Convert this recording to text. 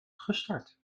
gestart